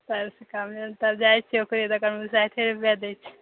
साठि टका भेल तऽ जाइत छियै फेर तखन ओ साठि रुपआ दै छै